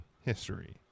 history